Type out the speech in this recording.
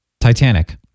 Titanic